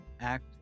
act